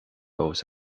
goes